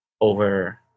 over